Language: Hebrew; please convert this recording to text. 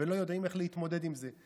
ולא יודעים איך להתמודד עם זה.